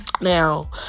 Now